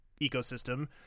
ecosystem